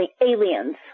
aliens